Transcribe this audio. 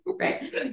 Right